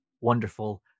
wonderful